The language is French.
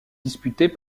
disputée